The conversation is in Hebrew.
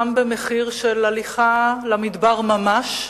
גם במחיר של הליכה למדבר ממש,